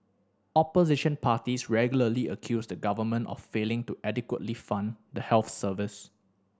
opposition parties regularly accuse the government of failing to adequately fund the health service